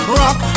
rock